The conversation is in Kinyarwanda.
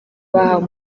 bahawe